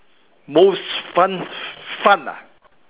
most fun fun